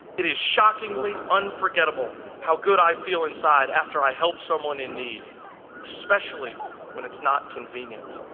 it is shockingly unforgettable how good i feel inside after i help someone in need specially when it's not convenient.